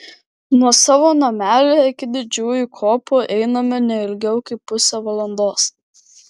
nuo savo namelio iki didžiųjų kopų einame ne ilgiau kaip pusę valandos